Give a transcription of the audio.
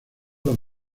los